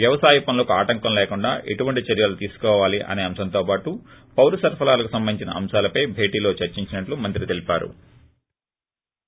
వ్యవసాయ పనులకు ఆటంకం లేకుండా ఎటువంటి చర్యలు తీసుకోవాలి అనే అంశంతో పాటు పౌరసరఫరాలకు సంబంధించిన అంశాలపై భేటీలో చర్చించినట్లు మంత్రి తెలిపారు